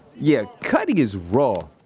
yeah, cutty is raw.